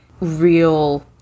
real